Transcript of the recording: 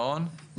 רק כגורמי מקצוע.